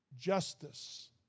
Justice